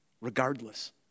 regardless